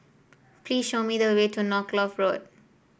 please show me the way to Norfolk Road